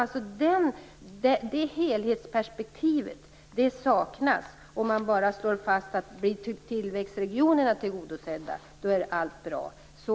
Det helhetsperspektivet saknas om man bara slår fast att om tillväxtregionerna blir tillgodosedda är allt bra.